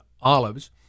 olives